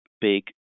big